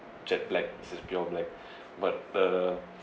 jet black it's a pure black but the